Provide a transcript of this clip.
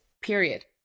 Period